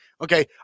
Okay